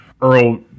Earl